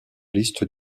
liste